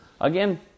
again